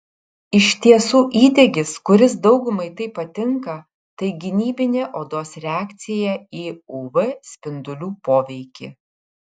iš tiesų įdegis kuris daugumai taip patinka tai gynybinė odos reakcija į uv spindulių poveikį